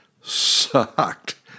sucked